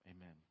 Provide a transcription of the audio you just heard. Amen